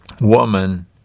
Woman